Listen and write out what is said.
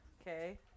Okay